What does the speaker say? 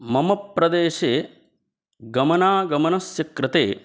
मम प्रदेशे गमनागमनस्य कृते